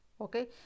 okay